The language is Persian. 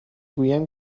گویم